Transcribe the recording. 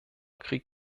krieg